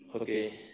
Okay